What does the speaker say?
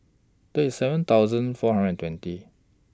thirty seven thousand four hundred twenty